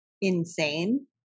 insane